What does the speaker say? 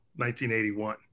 1981